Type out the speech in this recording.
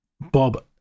Bob